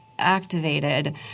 activated